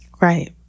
Right